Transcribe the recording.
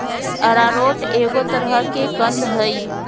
arrowroot एगो तरह के कंद हइ